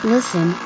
Listen